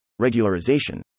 regularization